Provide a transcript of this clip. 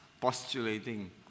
postulating